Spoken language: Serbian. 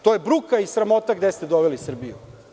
To je bruka i sramota gde ste doveli Srbiju.